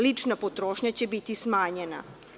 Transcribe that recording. Lična potrošnja će biti smanjena.